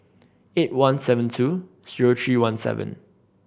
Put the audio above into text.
eight one seven two zero three one seven